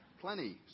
plenty